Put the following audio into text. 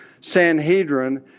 Sanhedrin